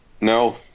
No